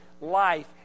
life